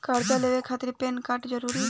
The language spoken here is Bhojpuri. कर्जा लेवे खातिर पैन कार्ड जरूरी बा?